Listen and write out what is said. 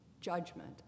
judgment